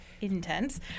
intense